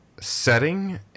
setting